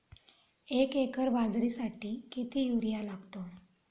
एक एकर बाजरीसाठी किती युरिया लागतो?